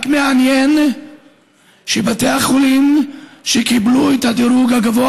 מעניין רק שבתי החולים שקיבלו את הדירוג הגבוה